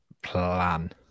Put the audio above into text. plan